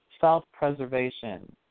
self-preservation